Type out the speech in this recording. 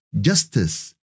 justice